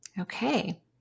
Okay